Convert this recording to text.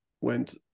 went